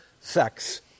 sex